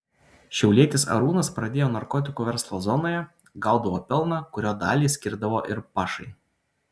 šiaulietis arūnas pradėjo narkotikų verslą zonoje gaudavo pelną kurio dalį skirdavo ir pašai